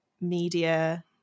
media